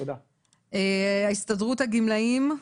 הסתדרות הגמלאים,